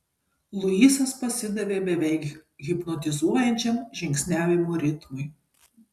luisas pasidavė beveik hipnotizuojančiam žingsniavimo ritmui